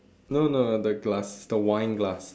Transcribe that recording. no no the glass the wine glass